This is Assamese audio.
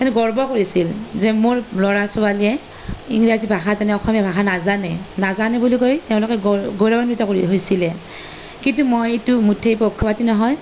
গৰ্ব কৰিছিল যে মোৰ ল'ৰা ছোৱালীয়ে ইংৰাজী ভাষা জানে অসমীয়া ভাষা নাজানে নাজানে বুলি কৈ তেওঁলোকে গৌৰৱান্বিত কৰি হৈছিলে কিন্তু মই এইটো মুঠেই পক্ষপাতী নহয়